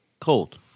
cold